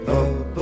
up